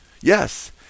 Yes